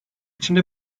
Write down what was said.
içinde